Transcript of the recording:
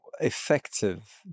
effective